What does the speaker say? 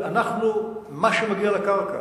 מה שמגיע לקרקע.